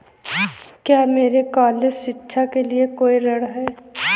क्या मेरे कॉलेज शिक्षा के लिए कोई ऋण है?